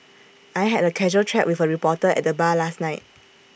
I had A casual chat with A reporter at the bar last night